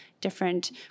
different